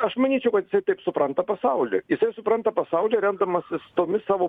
aš manyčiau kad jisai taip supranta pasaulį jisai supranta pasaulį remdamasis tomis savo